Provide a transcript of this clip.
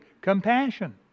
compassion